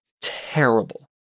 terrible